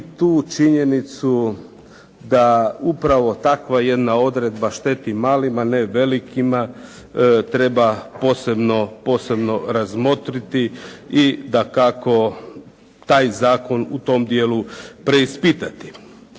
tu činjenicu da upravo takva jedna odredba šteti malim, a ne velikima treba posebno razmotriti i dakako taj zakon u tom dijelu preispitati.